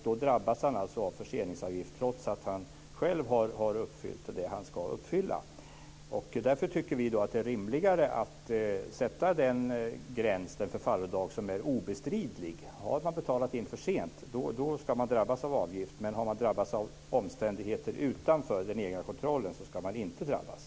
Då drabbas han av förseningsavgift trots att han själv har uppfyllt det som han ska uppfylla. Därför tycker vi att det är rimligare att sätta gränsen vid den förfallodag som är obestridlig. Har man betalat in för sent ska man betala avgift. Men har man drabbats av omständigheter som ligger utanför den egna kontrollen ska man inte drabbas.